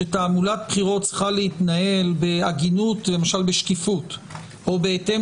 שתעמולת בחירות צריכה להתנהל בהגינות או בשקיפות או בהתאם